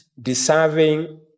deserving